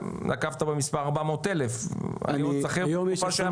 נקבת במספר 400,000. אני זוכר תקופה שהיו